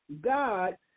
God